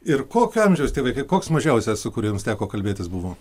ir kokio amžiaus tie vaikai koks mažiausias su kuriuo jums teko kalbėtis buvo